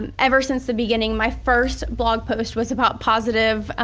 um ever since the beginning, my first blog post was about positive,